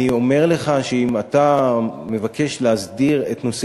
אני אומר לך שאם אתה מבקש להסדיר את נושא